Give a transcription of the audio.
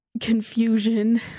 confusion